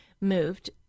moved